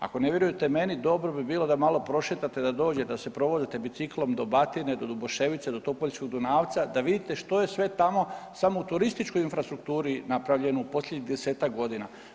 Ako ne vjerujete meni, dobro bi bilo da malo prošetate, da dođete, da se provozate biciklom do Batine, do Duboševice, do Topuljskog Dunavca, da vidite što je sve tamo samo u turističkoj infrastrukturi napravljeno u posljednjih 10-tak godina.